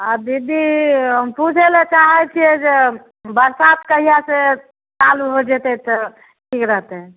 हाँ दीदी हम पुछै लऽ चाहै छियै कि बरसात कहिया सँ चालू हो जेतै तऽ ठीक रहतै